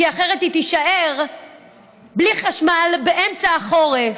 כי אחרת היא תישאר בלי חשמל באמצע החורף.